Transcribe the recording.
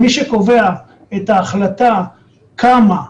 מי שקובע את ההחלטה כמה,